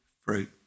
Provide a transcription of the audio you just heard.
fruit